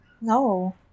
No